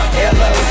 hello